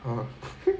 ah